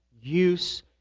use